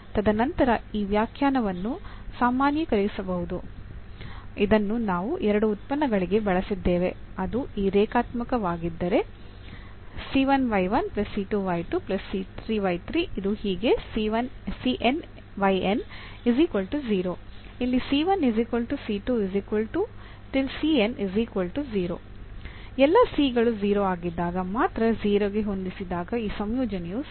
ತದನಂತರ ನಾವು ಈ ವ್ಯಾಖ್ಯಾನವನ್ನು ಸಾಮಾನ್ಯೀಕರಿಸಬಹುದು ಇದನ್ನು ನಾವು ಎರಡು ಉತ್ಪನ್ನಗಳಿಗೆ ಬಳಸಿದ್ದೇವೆ ಅದು ಈ ರೇಖಾತ್ಮಕವಾಗಿದ್ದರೆ ಎಲ್ಲಾ c ಗಳು 0 ಆಗಿದ್ದಾಗ ಮಾತ್ರ 0 ಗೆ ಹೊಂದಿಸಿದಾಗ ಈ ಸಂಯೋಜನೆಯು ಸಾಧ್ಯ